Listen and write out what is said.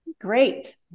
Great